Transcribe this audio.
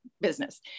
business